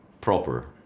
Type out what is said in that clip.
proper